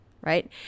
right